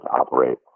operate